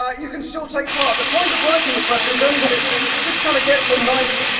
ah you can still take part. the point of writing the question is only that it just kind of gets a nice,